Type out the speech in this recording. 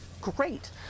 great